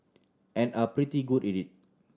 and are pretty good it